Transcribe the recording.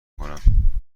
کنم